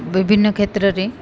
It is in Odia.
ବିଭିନ୍ନ କ୍ଷେତ୍ରରେ